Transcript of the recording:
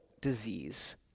disease